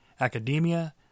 academia